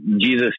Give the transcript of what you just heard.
Jesus